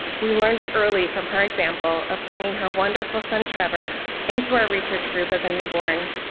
we learned it early from her example of bringing her wonderful son trevor into our research group as a newborn.